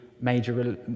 major